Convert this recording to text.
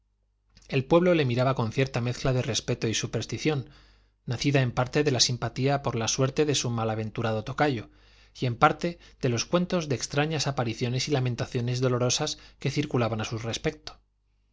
el pueblo le miraba con cierta mezcla de respeto y superstición nacida en parte de la simpatía por la suerte de su malaventurado tocayo y en parte de los cuentos de extrañas apariciones y lamentaciones dolorosas que circulaban a su respecto